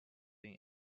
thin